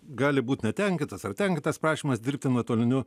gali būti netenkintas ar tenkintas prašymas dirbti nuotoliniu